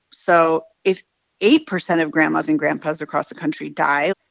so if eight percent of grandmas and grandpas across the country die,